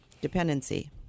dependency